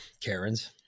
Karens